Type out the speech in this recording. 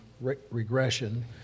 regression